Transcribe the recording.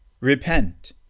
Repent